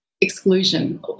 Exclusion